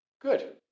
Good